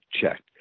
checked